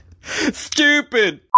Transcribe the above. Stupid